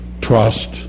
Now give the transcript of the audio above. Trust